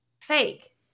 fake